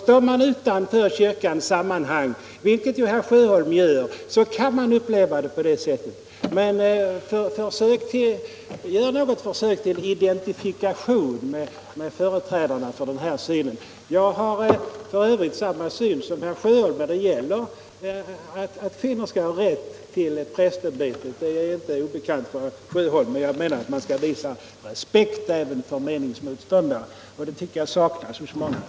Står man utanför kyrkans sammanhang -— vilket ju herr Sjöholm gör — så kan man uppleva det på det sättet. Men gör ett försök till identifikation med företrädarna för den här synen! Jag har f.ö. samma syn som herr Sjöholm när det gäller kvinnors rätt till prästämbetet. Det torde inte vara obekant för herr Sjöholm. Men jag menar att man skall visa respekt även för meningsmotståndare. Och det tycker jag saknas hos många.